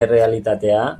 errealitatea